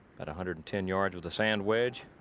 about a hundred and ten yards with a sand wedge.